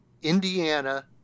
Indiana